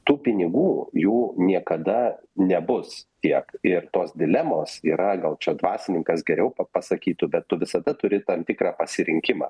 tų pinigų jų niekada nebus tiek ir tos dilemos yra gal čia dvasininkas geriau pa pasakytų bet tu visada turi tam tikrą pasirinkimą